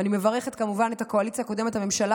ואני מברכת כמובן את הקואליציה הקודמת ואת הממשלה